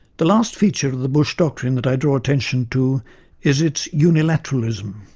the last feature of the bush doctrine that i draw attention to is its unilateralism.